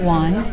one